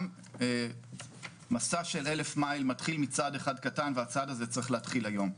גם מסע של אלף מייל מתחיל מצעד אחד קטן והצעד הזה צריך להתחיל היום.